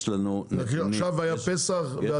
נגיד עכשיו היה פסח ועצמאות.